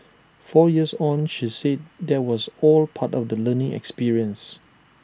four years on she said that was all part of the learning experience